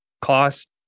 cost